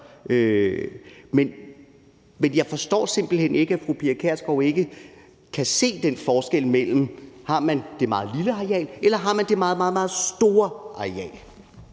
Men jeg forstår simpelt hen ikke, at fru Pia Kjærsgaard ikke kan se den forskel mellem, om man har det meget lille areal, eller om man har det meget, meget store areal.